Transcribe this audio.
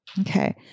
Okay